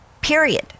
period